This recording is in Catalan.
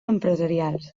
empresarials